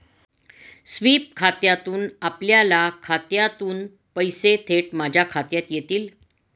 sweep खात्यातून आपल्या खात्यातून पैसे थेट माझ्या खात्यात येतील